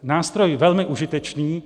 Nástroj velmi užitečný.